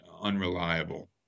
unreliable